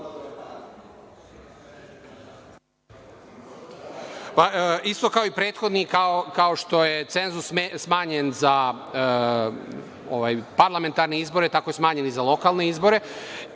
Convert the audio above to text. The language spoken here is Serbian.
Isto kao i prethodni, kao što je cenzus smanjen za parlamentarne izbore, tako je smanjen i za lokalne izbore,